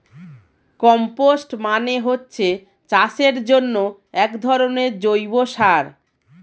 compost মানে হচ্ছে চাষের জন্যে একধরনের জৈব সার